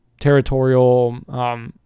territorial